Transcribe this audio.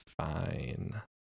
fine